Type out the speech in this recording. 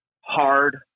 hard